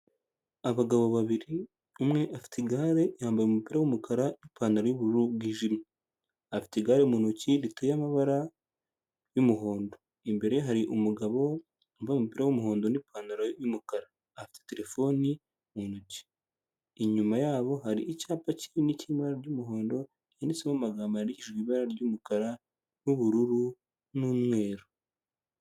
Abagabo babiri, umwe afite igare yambaye umupira w'umukaraa n'ipantaro y'ubururu bwijimye, afite igare mu ntoki riteye amabara y'umuhondo, imbere ye hari umugabo wambaye umupira w'umuhondo n'ipantaro y'umukara, afite terefone mu ntoki, inyuma yabo hari icyapa kinini kirimo ibara ry'umuhondo handitsemo amagambo yandikishijwe ibara ry'umukara n'ubururu, n'umweru.